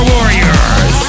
Warriors